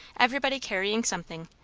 everybody carrying something,